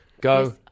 Go